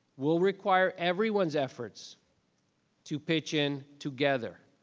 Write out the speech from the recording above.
will require everyone's efforts to pitch in together.